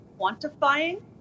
quantifying